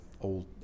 old